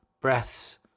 breaths